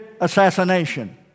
assassination